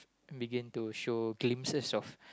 begin to show glimpses of